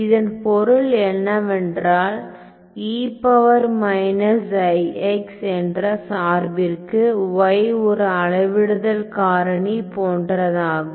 இதன் பொருள் என்னவென்றால் என்ற சார்பிற்க்கு y ஒரு அளவிடுதல் காரணி போன்றதாகும்